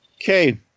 Okay